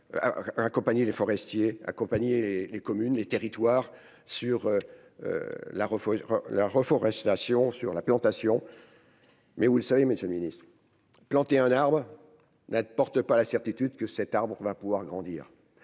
accompagner les forestiers accompagner les communes, les territoires sur la reforme la reforestation sur la plantation. Mais vous le savez, monsieur le Ministre, planter un arbre n'apporte pas la certitude que cet arbre va pouvoir grandir